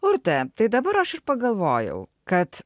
urte tai dabar aš ir pagalvojau kad